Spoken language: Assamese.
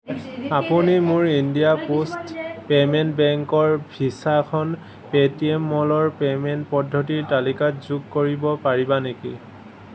আপুনি মোৰ ইণ্ডিয়া পোষ্ট পে'মেণ্ট বেংকৰ ভিছাখন পে'টিএম মলৰ পে'মেণ্ট পদ্ধতিৰ তালিকাত যোগ কৰিব পাৰিবা নেকি